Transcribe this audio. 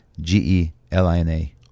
g-e-l-i-n-a